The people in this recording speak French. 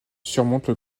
surmonte